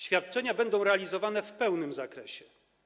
Świadczenia będą realizowane w pełnym zakresie.